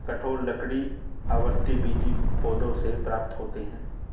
कठोर लकड़ी आवृतबीजी पौधों से प्राप्त होते हैं